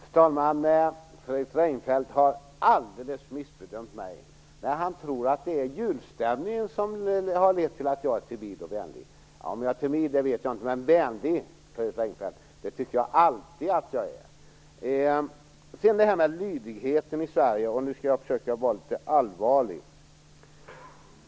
Fru talman! Fredrik Reinfeldt har alldeles missbedömt mig om han tror att det är julstämningen som har lett till att jag är timid och vänlig. Jag vet inte om jag är timid, men jag tycker att jag alltid är vänlig, Nu skall jag försöka vara litet allvarlig och säga något om detta med lydigheten i Sverige.